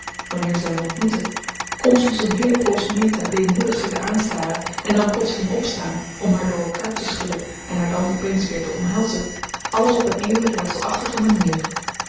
wanneer ze hem ontmoette kon soms een heele poos meta weemoedig zitten aanstaren en dan plotseling opstaan om haar door elkaar te schudden en haar dan op eens weer te omhelzen alles op een even raadselachtige manier